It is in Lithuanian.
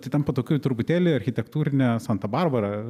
tai tampa tokiu truputėlį architektūrine santa barbara